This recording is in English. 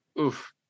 Oof